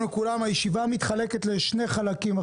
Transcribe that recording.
הישיבה מתחלקת לשני חלקים.